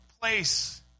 place